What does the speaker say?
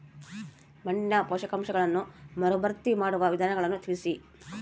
ಮಣ್ಣಿನ ಪೋಷಕಾಂಶಗಳನ್ನು ಮರುಭರ್ತಿ ಮಾಡುವ ವಿಧಾನಗಳನ್ನು ತಿಳಿಸಿ?